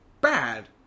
bad